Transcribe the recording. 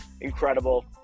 Incredible